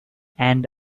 and